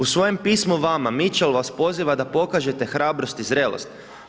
U svojem pismu vama Mitchell vas poziva da pokažete hrabrost i zrelost.